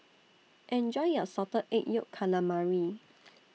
Enjoy your Salted Egg Yolk Calamari